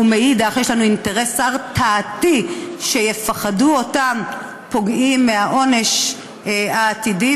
ומצד שני יש לנו אינטרס הרתעתי: שיפחדו אותם פוגעים מהעונש העתידי,